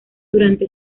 durante